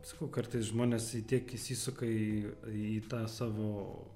sakau kartais žmonės į tiek įsisuka į į tą savo